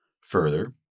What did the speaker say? Further